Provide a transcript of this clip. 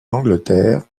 angleterre